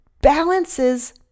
balances